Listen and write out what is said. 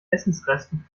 essensresten